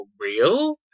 real